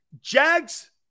Jags